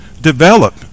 develop